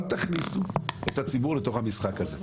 אל תכניסו את הציבור לתוך המשחק הזה.